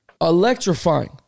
electrifying